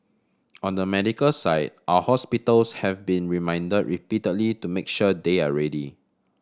on the medical side our hospitals have been reminded repeatedly to make sure they are ready